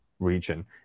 region